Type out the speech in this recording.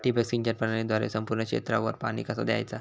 ठिबक सिंचन प्रणालीद्वारे संपूर्ण क्षेत्रावर पाणी कसा दयाचा?